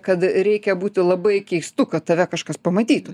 kad reikia būti labai keistu kad tave kažkas pamatytų